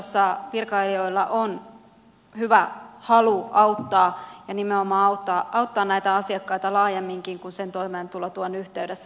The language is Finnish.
sosiaalitoimistossa virkailijoilla on hyvä halu auttaa ja nimenomaan auttaa näitä asiakkaita laajemminkin kuin sen toimeentulotuen yhteydessä